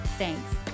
thanks